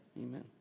Amen